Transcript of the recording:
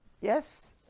Yes